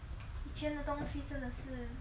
以前的东西真的是